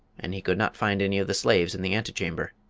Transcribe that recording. and he could not find any of the slaves in the antechamber.